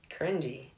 cringy